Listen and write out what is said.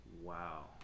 Wow